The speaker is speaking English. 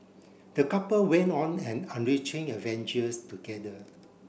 the couple went on an enriching adventures together